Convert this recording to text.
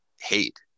hate